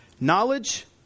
knowledge